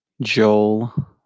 Joel